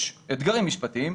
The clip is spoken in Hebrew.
יש אתגרים משפטיים.